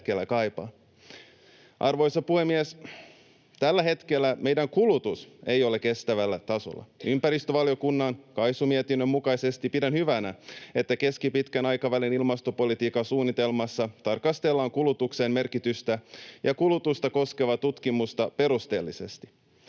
Arvoisa puhemies! Tällä hetkellä meidän kulutuksemme ei ole kestävällä tasolla. Ympäristövaliokunnan KAISU-mietinnön mukaisesti pidän hyvänä, että keskipitkän aikavälin ilmastopolitiikan suunnitelmassa tarkastellaan kulutuksen merkitystä ja kulutusta koskevaa tutkimusta perusteellisesti.